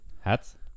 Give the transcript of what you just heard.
hats